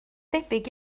debyg